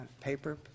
paper